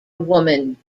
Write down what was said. woman